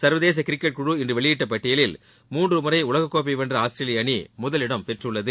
சர்வதேசக் cricket குழு இன்று வெளியிட்ட பட்டியலில் மூன்று முறை உலகக் கோப்பை வென்ற ஆஸ்திரேலிய அணி முதலிடம் பெற்றுள்ளது